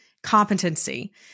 competency